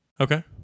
Okay